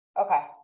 Okay